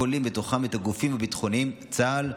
הכוללים בתוכם את הגופים הביטחוניים צה"ל,